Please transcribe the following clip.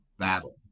battle